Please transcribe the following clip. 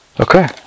okay